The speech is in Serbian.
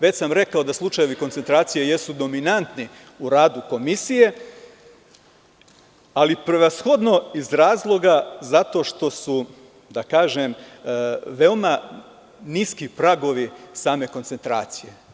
Već sam rekao da slučajevi koncentracije jesu dominantni u radu komisije, ali prevashodno iz razloga zato što su, da kažem veoma niski tragovi same koncentracije.